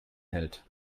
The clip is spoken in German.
hält